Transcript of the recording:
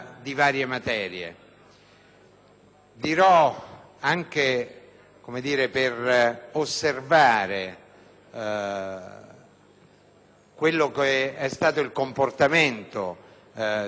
Dirò, anche per osservare quello che è stato il comportamento della Commissione di merito